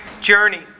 journey